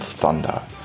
Thunder